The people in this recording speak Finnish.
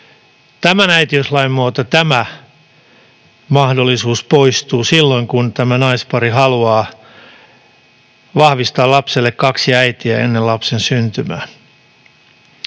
tämän äitiyslain myötä tämä mahdollisuus poistuu silloin kun tämä naispari haluaa vahvistaa lapselle kaksi äitiä ennen lapsen syntymää.